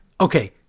Okay